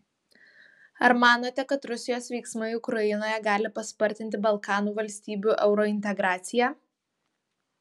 ar manote kad rusijos veiksmai ukrainoje gali paspartinti balkanų valstybių eurointegraciją